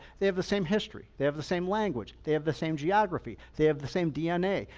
they have the same history, they have the same language, they have the same geography, they have the same dna,